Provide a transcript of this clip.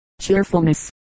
cheerfulness